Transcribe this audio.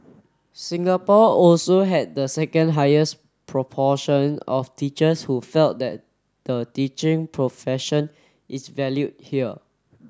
Singapore also had the second highest proportion of teachers who felt that the teaching profession is valued here